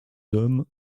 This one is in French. hommes